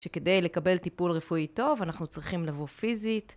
שכדי לקבל טיפול רפואי טוב, אנחנו צריכים לבוא פיזית.